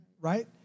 right